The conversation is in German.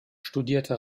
studierte